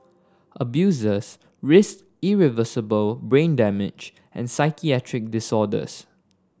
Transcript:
abusers risked irreversible brain damage and psychiatric disorders